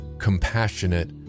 compassionate